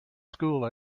school